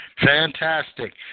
Fantastic